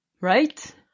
Right